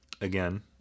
Again